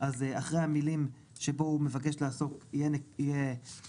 אז אחרי המילים שבו הוא מבקש לעסוק תהיה נקודה